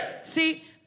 See